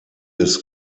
des